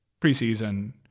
preseason